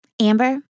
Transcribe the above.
Amber